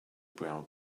brown